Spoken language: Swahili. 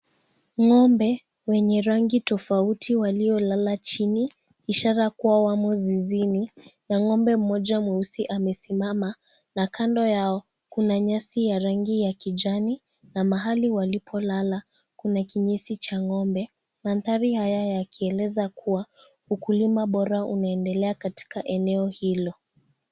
Ng'ombe wenye rangi tofauti waliolala chini ishara kuwa wamo zizini ng'ombe mmoja mweusi amesimama na kando yao kuna nyasi ya rangi ya kijani na mahali walipolala kuna kinyesi cha ng'ombe, mandhari haya yakieleza kuwa ukulima bora unaendelea katika eneo hilo.